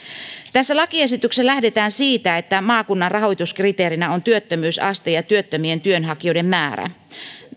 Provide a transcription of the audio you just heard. tässä lakiesityksessä lähdetään siitä että maakunnan rahoituskriteerinä on työttömyysaste ja työttömien työnhakijoiden määrä